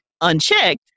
unchecked